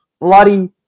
bloody